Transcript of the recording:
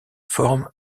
forme